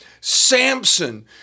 Samson